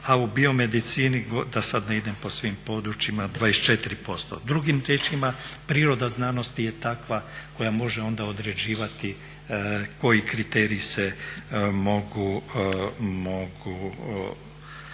a u biomedicini da sad ne idem po svim područjima 24%. Drugim riječima priroda znanosti je takva koja može onda određivati koji kriteriji se mogu